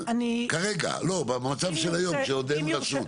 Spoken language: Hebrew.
כרגע במצב של היום כשעוד אין רשות?